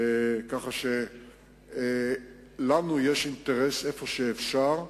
ככה שלנו יש אינטרס, איפה שאפשר,